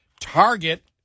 target